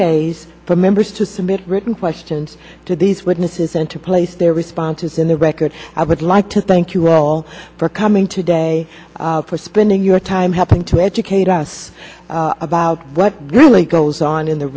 days for members to submit written questions to these witnesses and to place their responses in the record i would like to thank you all for coming today for spending your time helping to educate us about what really goes on in the